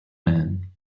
man